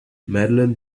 madeline